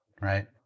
right